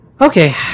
Okay